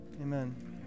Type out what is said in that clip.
Amen